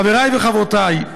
חברי וחברותי,